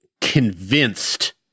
convinced